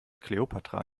kleopatra